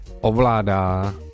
ovládá